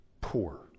poor